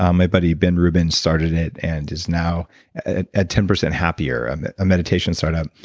um my buddy, ben rubin started it and is now at at ten percent happier, a meditation startup.